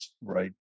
Right